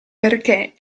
perché